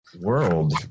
world